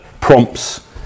prompts